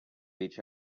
each